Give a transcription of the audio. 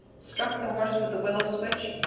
struck the horse with the willow switch,